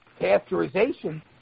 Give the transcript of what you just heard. pasteurization